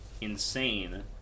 insane